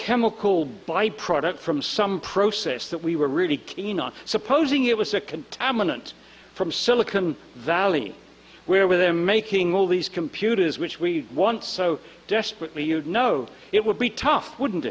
chemical byproduct from some process that we were really keen on supposing it was a contaminant from silicon valley where they're making all these computers which we want so desperately you know it would be tough wouldn't